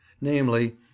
namely